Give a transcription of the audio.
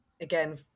again